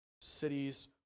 cities